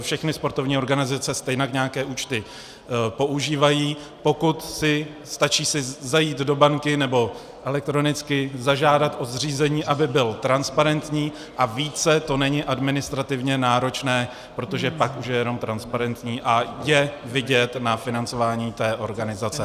Všechny sportovní organizace stejně nějaké účty používají, stačí si zajít do banky nebo elektronicky zažádat o zřízení, aby byl transparentní, a více to není administrativně náročné, protože pak už je jenom transparentní a je vidět na financování té organizace.